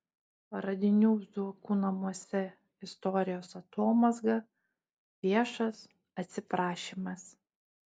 radinių zuokų namuose istorijos atomazga viešas atsiprašymas